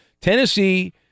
Tennessee